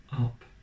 up